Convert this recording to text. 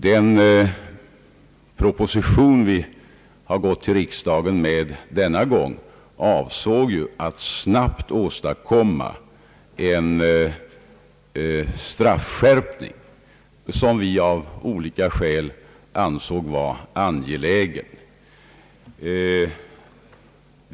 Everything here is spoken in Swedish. Den proposition vi denna gång förelagt riksdagen avsåg ju att snabbt åstadkomma en straffskärpning, som vi av olika skäl ansåg vara angelägen.